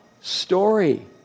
story